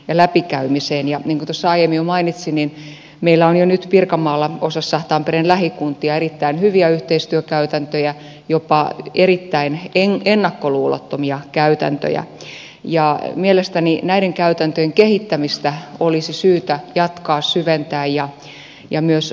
niin kuin tuossa aiemmin jo mainitsin meillä on jo nyt pirkanmaalla osassa tampereen lähikuntia erittäin hyviä yhteistyökäytäntöjä jopa erittäin ennakkoluulottomia käytäntöjä ja mielestäni näiden käytäntöjen kehittämistä olisi syytä jatkaa syventää ja myös laajentaa